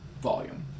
volume